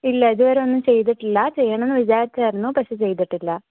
ഇല്ല ഇതുവരെ ഒന്നും ചെയ്തിട്ടില്ല ചെയ്യണമെന്ന് വിചാരിച്ചായിരുന്നു പക്ഷെ ചെയ്തിട്ടില്ല